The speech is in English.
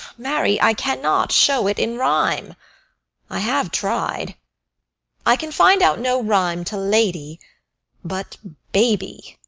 marry, i cannot show it in rime i have tried i can find out no rime to lady but baby,